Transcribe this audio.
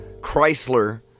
Chrysler